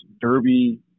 Derby